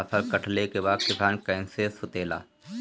फसल कटले के बाद किसान चैन से सुतेला